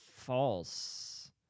false